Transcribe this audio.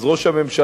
אז ראש הממשלה,